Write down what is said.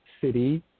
city